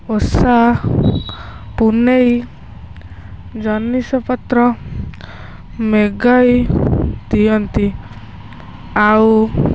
ଓଷା ପୁନେଇ ଜିନିଷପତ୍ର ମଗାଇ ଦିଅନ୍ତି ଆଉ